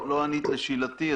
לא ענית לשאלתי.